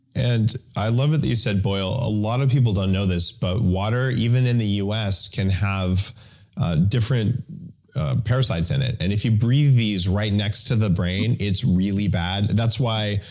and i love it that you said boil. a lot of people don't know this but water, even in the us, can have different parasites in it. and if you breathe these right next to the brain, it's really bad. that's why,